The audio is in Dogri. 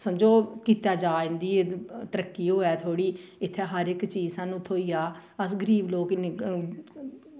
समझो कीता जा इंदी तरक्की होऐ थोह्ड़ी इत्थें हर इक चीज़ सानूं थ्होई जा अस गरीब लोग इन्नै